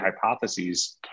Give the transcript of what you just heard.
hypotheses